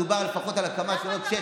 מדובר לפחות על הקמה של עוד שש,